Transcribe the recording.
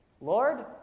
Lord